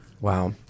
wow